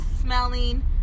smelling